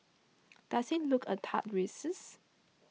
does it look a tad racist